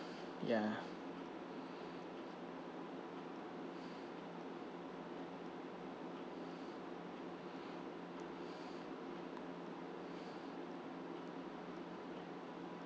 ya